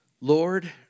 Lord